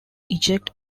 eject